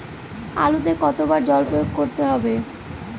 আলুতে কতো বার জল প্রয়োগ করতে হবে?